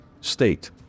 state